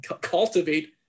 cultivate